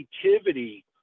creativity